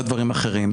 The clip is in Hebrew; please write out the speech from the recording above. ועל עוד דברים אחרים.